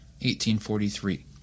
1843